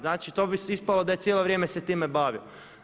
Znači to bi ispalo da je cijelo vrijeme se time bavio.